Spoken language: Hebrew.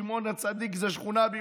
כנסת נכבדה,